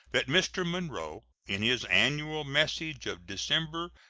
that mr. monroe, in his annual message of december,